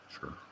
Sure